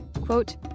Quote